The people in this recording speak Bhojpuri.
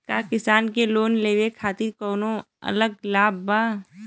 का किसान के लोन लेवे खातिर कौनो अलग लाभ बा?